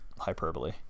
hyperbole